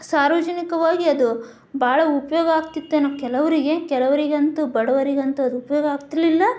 ಸಾರ್ವಜನಿಕವಾಗಿ ಅದು ಭಾಳ ಉಪಯೋಗ ಆಗ್ತಿತ್ತೇನೋ ಕೆಲವರಿಗೆ ಕೆಲವರಿಗಂತೂ ಬಡವರಿಗಂತೂ ಅದು ಉಪಯೋಗ ಆಗ್ತಿರಲಿಲ್ಲ